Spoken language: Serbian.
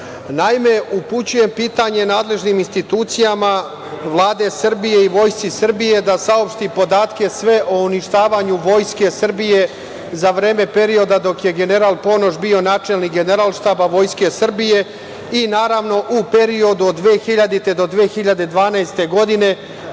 Naime, upućujem pitanje nadležnim institucijama Vlade Srbije i Vojsci Srbije da saopšti podatke o uništavanju Vojske Srbije za vreme dok je general Ponoš bio načelnik Generalštaba Vojske Srbije i, naravno, u periodu od 2000. do 2012. godine